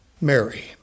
mary